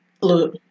Look